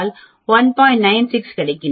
96 கிடைக்கும்